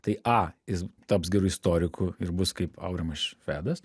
tai a jis taps geru istoriku ir bus kaip aurimas švedas